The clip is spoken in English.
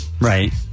right